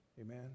Amen